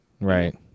Right